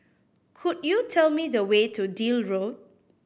could you tell me the way to Deal Road